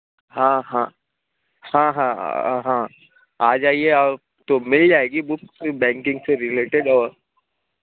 ہاں ہاں ہاں ہاں ہاں آ جائیے آپ تو مل جائے گی بکس بینکنگ سے ریلیٹیڈ اور